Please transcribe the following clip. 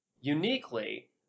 Uniquely